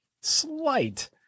slight